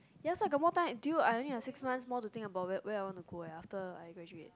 yes I got more time due I have six month think where I want to go leh after I graduate